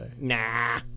Nah